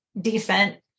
decent